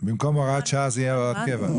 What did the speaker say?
במקום הוראת שעה זה יהיה הוראת קבע?